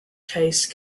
taste